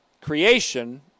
creation